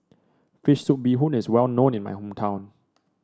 fish soup Bee Hoon is well known in my hometown